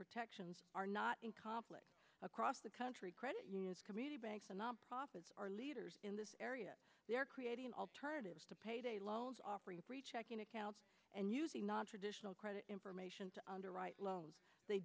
protections are not in conflict across the country credit unions community banks and nonprofits are leaders in this area they're creating an alternative to payday loans offering free checking accounts and using nontraditional credit information to underwrite loans they